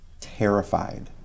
terrified